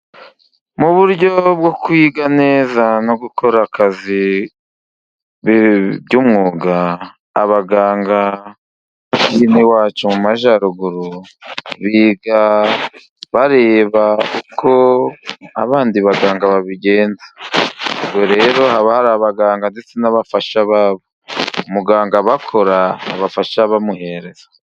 Mu buryo bwo kwiga neza no gukora akazi by'umwuga, abaganga b'ino iwacu mu majyaruguru, biga bareba uko abandi baganga babigenza. Ubwo rero haba bari abaganga ndetse n'abafasha babo. Muganga aba akora, abafasha bamuhereza.